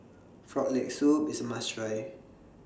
Frog Leg Soup IS A must Try